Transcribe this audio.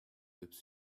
lips